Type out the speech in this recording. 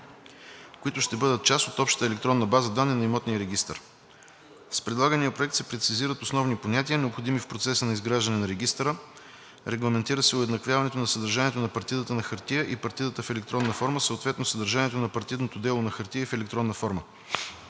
които ще бъдат част от общата електронна база данни на имотния регистър. С предлагания проект се прецизират основни понятия, необходими в процеса на изграждане на имотния регистър. Регламентира се уеднаквяването на съдържанието на партидата на хартия и партидата в електронна форма, съответно съдържанието на партидното дело на хартия и в електронна форма.